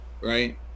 right